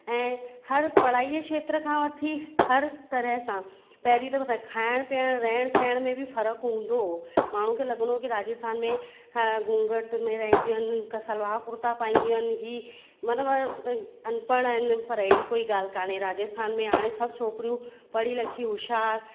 ऐं हर पढ़ाई जे खेत्र खां वठी हर तरह सां पहिरीं त खाइणु पीअणु रहणु सहण में बि फर्क़ु हूंदो हुओ माण्हू खे लॻंदो हुओ की राजस्थान में ह घूंघट में रहंदियूं आहिनि क सलवार कुर्ता पाईंदियूं आहिनि हीअ मतिलबु अनपढ़ आहिनि पर अहिड़ी कोई ॻाल्हि कोन्हे राजस्थान में हाणे सभु छोकरियूं पढ़ी लिखी होशियारु